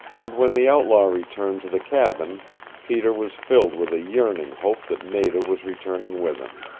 and when the outlaw returned to the cabin peter was filled with a yearning hope that nada was returning with him.